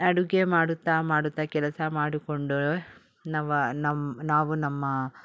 ಅಡುಗೆ ಮಾಡುತ್ತಾ ಮಾಡುತ್ತಾ ಕೆಲಸ ಮಾಡಿಕೊಂಡೂ ನವ ನಮ್ಮ ನಾವು ನಮ್ಮ